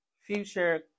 future